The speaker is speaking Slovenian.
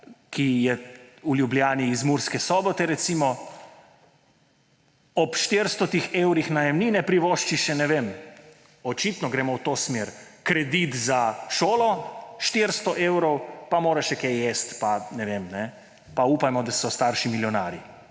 ki je v Ljubljani iz Murske Sobote recimo, ob 400 evrih najemnine privošči še, ne vem, očitno gremo v to smer, kredit za šolo 400 evrov, pa mora še kaj jesti pa ne vem … Pa upajmo, da so starši milijonarji,